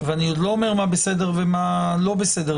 עוד לא אומר מה בסדר ומה לא בסדר,